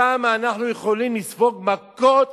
אני לא מבין כמה אנחנו יכולים לספוג מכות